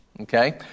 Okay